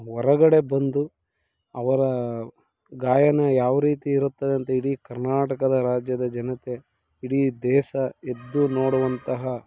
ಹೊರಗಡೆ ಬಂದು ಅವರ ಗಾಯನ ಯಾವ ರೀತಿ ಇರುತ್ತದೆ ಅಂತ ಇಡೀ ಕರ್ನಾಟಕದ ರಾಜ್ಯದ ಜನತೆ ಇಡೀ ದೇಶ ಎದ್ದು ನೋಡುವಂತಹ